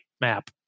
map